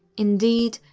indeed,